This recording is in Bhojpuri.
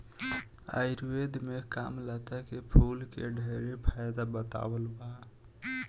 आयुर्वेद में कामलता के फूल के ढेरे फायदा बतावल बा